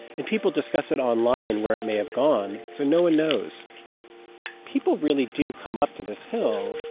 and people discuss it online, where it may have gone so no one knows people really do come up to this hill.